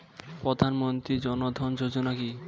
প্রধানমন্ত্রী জনধন যোজনা কি?